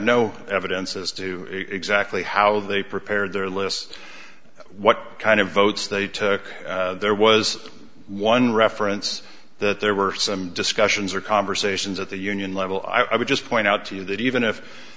no evidence as to exactly how they prepared their lists what kind of votes they took there was one reference that there were some discussions or conversations at the union level i would just point out to you that even if